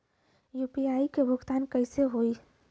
UPI से भुगतान कइसे होहीं?